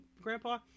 grandpa